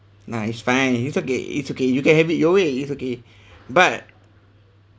nah it's fine it's okay it's okay you can have it your way it's okay but